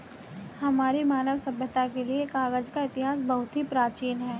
हमारी मानव सभ्यता के लिए कागज का इतिहास बहुत ही प्राचीन है